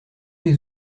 les